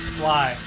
fly